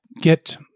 get